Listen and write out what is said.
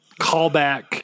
callback